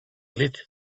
lit